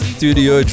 Studio